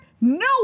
No